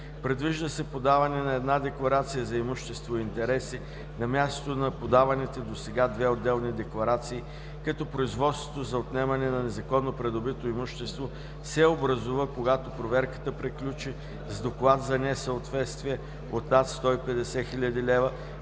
Предвижда се подаване на една декларация за имущество и интереси на мястото на подаваните досега две отделни декларации, като производството за отнемане на незаконно придобито имущество се образува, когато проверката приключи с доклад за несъответствие от над 150 000 лв.